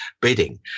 bidding